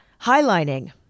highlining